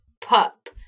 Pup